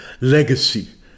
legacy